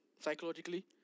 psychologically